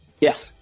Yes